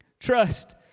trust